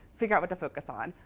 figure out what to focus on.